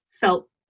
felt